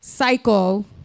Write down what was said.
cycle